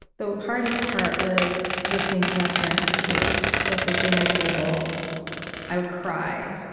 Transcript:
the hardest part was listening to my parents chew, so at the dinner table i would cry,